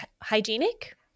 hygienic